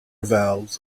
valves